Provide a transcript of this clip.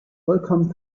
vollkommen